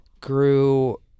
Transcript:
grew